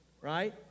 right